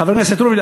חבר הכנסת רובי,